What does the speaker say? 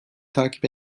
takip